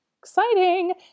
exciting